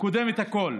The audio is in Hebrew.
קודמת לכול.